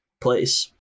place